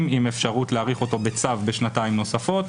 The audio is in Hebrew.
עם אפשרות להאריך אותו בצו בשנתיים נוספות.